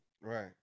Right